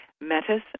Metis